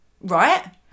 Right